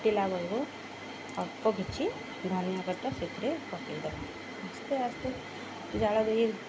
ପିଲାବେଳୁ ଅଳପ କିଛି ଧନିଆ କଟା ସେଥିରେ ପକେଇ ଦେବା ଆସ୍ତେ ଆସ୍ତେ ଜାଳ ଦେଇ